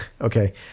okay